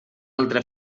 altra